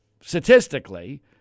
statistically